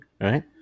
right